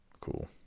cool